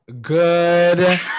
Good